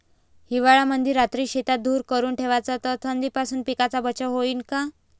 हिवाळ्यामंदी रात्री शेतात धुर करून ठेवला तर थंडीपासून पिकाचा बचाव होईन का?